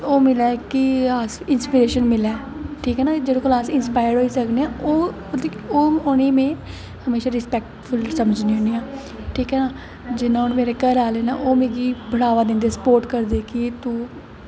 ओह् मिलै कि इंसपिरेशन मिलै ठीक ऐ ना जेह्दे कोला दा अस इंसपायर होई सकने आं ओह् मतलब कि उ'नेंगी में हमेशा रिस्पैक्टफुल समझनी होन्नी आं ठीक ऐ ना जि'यां हून मेरे घरे आह्ले नै ओह् मिगी बढ़ावा दिंदे स्पोर्ट करदे कि तूं